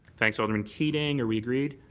thanks, alderman keating. are we agreed?